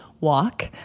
walk